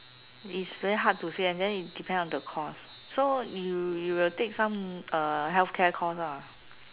is very hard to say and then depend on the course so you you will take some uh healthcare course lah